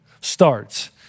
starts